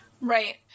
Right